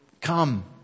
come